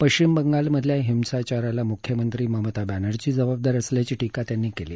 पश्चिम बंगालमधल्या हिंसाचाराला मुख्यमंत्री ममता बॅनर्जी जबाबदार असल्याची टीका त्यांनी केली